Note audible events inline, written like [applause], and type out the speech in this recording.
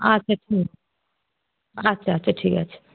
আচ্ছা [unintelligible] আচ্ছা আচ্ছা ঠিক আছে